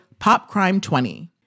POPCRIME20